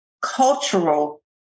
cultural